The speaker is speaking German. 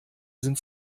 sind